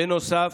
בנוסף,